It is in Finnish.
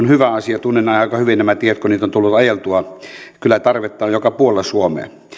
hyvä asia tunnen aika hyvin nämä tiet kun niitä on tullut ajeltua kyllä tarvetta on joka puolella suomea